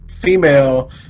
female